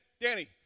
Danny